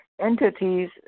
entities